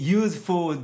useful